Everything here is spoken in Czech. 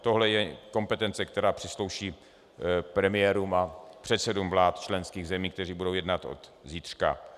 Tohle je kompetence, která přísluší premiérům a předsedům vlád členských zemí, kteří budou jednat od zítřka.